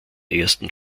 ersten